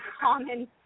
common